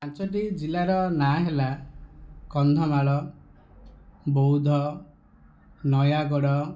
ପାଞ୍ଚଟି ଜିଲ୍ଲାର ନାଁ ହେଲା କନ୍ଧମାଳ ବଉଦ ନୟାଗଡ଼